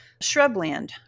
shrubland